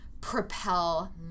propel